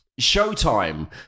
Showtime